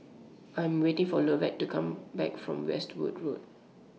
I'm waiting For Lovett to Come Back from Westwood Road